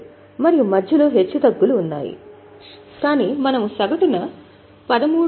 12 మరియు మధ్యలో హెచ్చుతగ్గులు ఉన్నాయి కాని మనము సగటున రూ